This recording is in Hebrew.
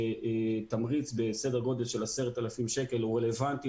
שתמריץ בסדר גודל של 10,000 שקלים הוא רלוונטי